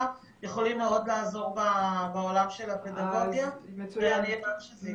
יכולים מאוד לעזור בעולם של הפדגוגיה ואני אדאג שזה יקרה.